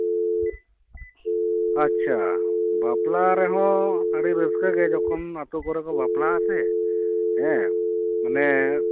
ᱟᱪᱪᱷᱟ ᱵᱟᱯᱞᱟ ᱨᱮᱦᱚᱸ ᱟᱹᱰᱤ ᱨᱟᱹᱥᱠᱟᱹᱜᱮ ᱡᱚᱠᱷᱚᱱ ᱟᱹᱛᱩ ᱠᱚᱨᱮ ᱠᱚ ᱵᱟᱯᱞᱟᱜᱼᱟ ᱥᱮ ᱦᱮᱸ ᱢᱟᱱᱮ